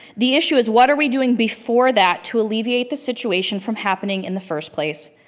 the issue is what are we doing before that to alleviate the situation from happening in the first place.